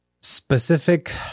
specific